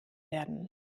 werden